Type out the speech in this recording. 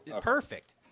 Perfect